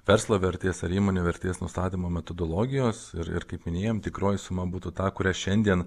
verslo vertės ar įmonių vertės nustatymo metodologijos ir ir kaip minėjom tikroji suma būtų ta kurią šiandien